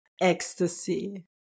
ecstasy